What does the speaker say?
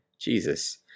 Jesus